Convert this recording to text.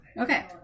Okay